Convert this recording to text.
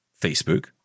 Facebook